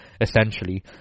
essentially